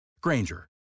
Granger